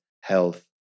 health